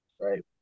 right